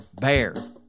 BEAR